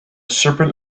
serpent